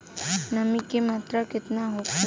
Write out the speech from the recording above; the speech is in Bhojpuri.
नमी के मात्रा केतना होखे?